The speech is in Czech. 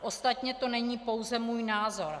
Ostatně to není pouze můj názor.